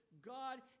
God